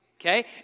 okay